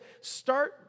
start